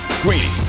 Greeny